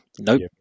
Nope